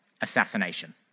assassination